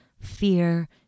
fear